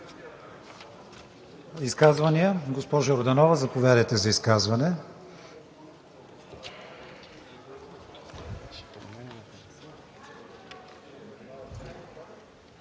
Изказвания? Госпожо Йорданова, заповядайте за изказване.